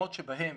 מקומות שבהם,